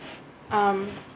um